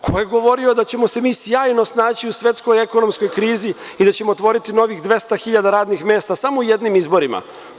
Ko je govorio da ćemo se mi sjajno snaći u svetskoj ekonomskoj krizi i da ćemo otvoriti novih 200.000 radnih mesta samo jednim izborima.